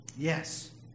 Yes